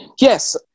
Yes